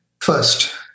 first